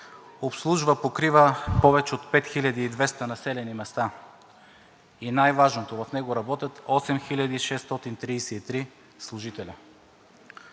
обслужва, покрива повече от 5200 населени места. И най-важното – в него работят 8633 служители.